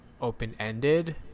open-ended